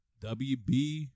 WB